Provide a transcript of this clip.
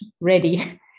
ready